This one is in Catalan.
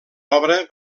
obra